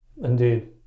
Indeed